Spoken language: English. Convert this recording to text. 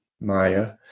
Maya